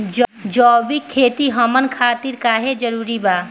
जैविक खेती हमन खातिर काहे जरूरी बा?